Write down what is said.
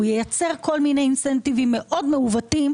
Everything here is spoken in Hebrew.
הוא ייצר כל מיני אינסנטיבים מאוד מעוותים,